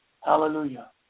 Hallelujah